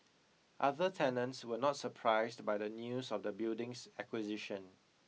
other tenants were not surprised by the news of the building's acquisition